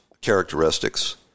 characteristics